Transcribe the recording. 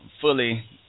fully